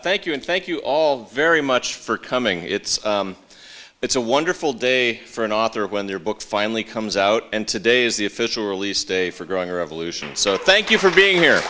thank you and thank you all very much for coming it's a it's a wonderful day for an author of when their book finally comes out and today is the official release day for growing revolution so thank you for being here